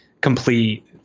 complete